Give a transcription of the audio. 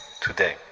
today